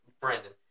Brandon